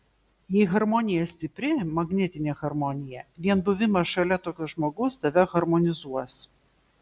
jei harmonija stipri magnetinė harmonija vien buvimas šalia tokio žmogaus tave harmonizuos